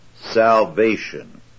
salvation